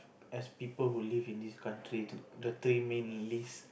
as people who live in this country the the three main least